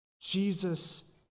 Jesus